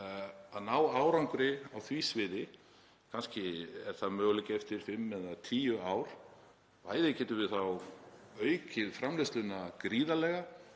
að ná árangri á því sviði. Kannski er það möguleiki eftir fimm eða tíu ár. Bæði getum við þá aukið framleiðsluna gríðarlega